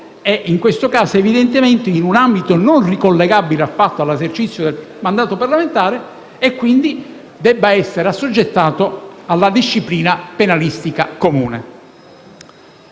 condominiale, evidentemente in un ambito non ricollegabile affatto all'esercizio del mandato parlamentare - e quindi debba essere - assoggettato alla disciplina penalistica comune».